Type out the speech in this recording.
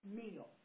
meal